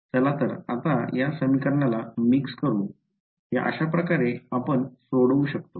चला तर आता या समीकरणाला मिक्स करू या अशा प्रकारे आपण सोडवू शकू